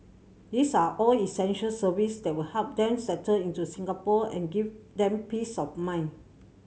this are all essential service that will help then settle into Singapore and give them peace of mind